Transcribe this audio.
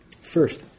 First